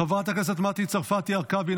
חברת הכנסת מטי צרפתי הרכבי,